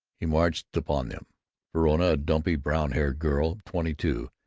he marched upon them verona, a dumpy brown-haired girl of twenty-two,